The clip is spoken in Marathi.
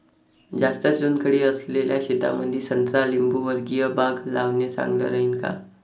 जास्त चुनखडी असलेल्या शेतामंदी संत्रा लिंबूवर्गीय बाग लावणे चांगलं राहिन का?